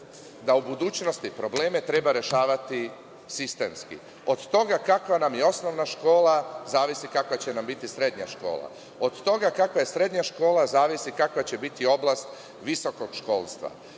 da u budućnosti probleme treba rešavati sistemski. Od toga kava nam je osnovna škola zavisi kakva će nam biti srednja škola. Od toga kakva je srednja škola zavisi kakva će biti oblast visokog školstva.